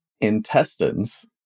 intestines